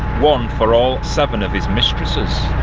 one for all seven of his mistresses.